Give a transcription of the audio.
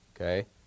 okay